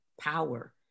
power